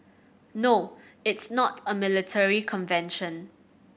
no it's not a military convention